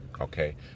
okay